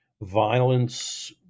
violence